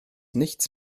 nichts